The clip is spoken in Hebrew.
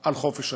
על חופש הביטוי.